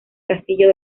castillo